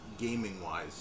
gaming-wise